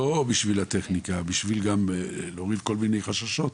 לא בשביל הטכניקה אלא בשביל להוריד כל מיני חששות.